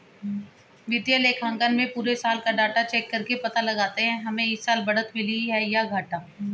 वित्तीय लेखांकन में पुरे साल का डाटा चेक करके पता लगाते है हमे इस साल बढ़त मिली है या घाटा